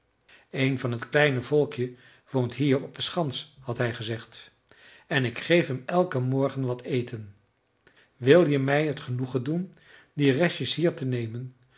een van t kleine volkje woont hier op de schans had hij gezegd en ik geef hem elken morgen wat eten wil je mij het genoegen doen die restjes hier te nemen